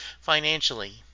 financially